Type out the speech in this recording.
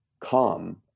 calm